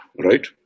right